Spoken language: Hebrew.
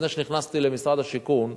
לפני שנכנסתי למשרד השיכון,